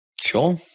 Sure